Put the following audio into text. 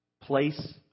place